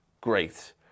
Great